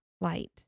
light